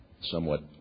somewhat